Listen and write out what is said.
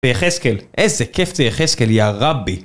ויחזקאל. איזה כיף זה יחזקאל, יא רבי.